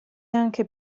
anche